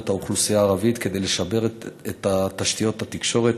האוכלוסייה הערבית כדי לשפר את תשתיות התקשורת,